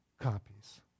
copies